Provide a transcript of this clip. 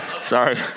Sorry